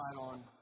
on